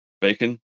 Bacon